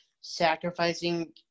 Sacrificing